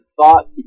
thought